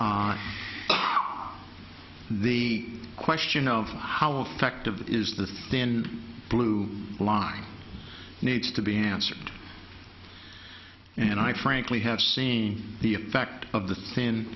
but the question of how effective is the thin blue line needs to be answered and i frankly have seeing the effect of the thin